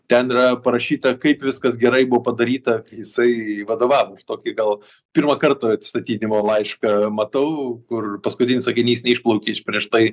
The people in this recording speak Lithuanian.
ten yra parašyta kaip viskas gerai buvo padaryta kai jisai vadovavo aš tokį gal pirmą kartą atsistatydinimo laišką matau kur paskutinis sakinys neišplaukia iš prieš tai